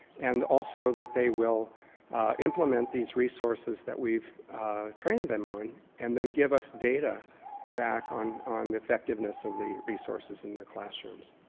and also that they will implement these resources that we've trained them on and then give us data back on on the effectiveness of the resources in their classrooms.